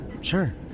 sure